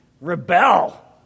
rebel